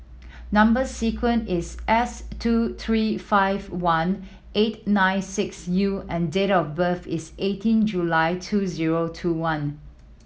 number sequence is S two three five one eight nine six U and date of birth is eighteen July two zero two one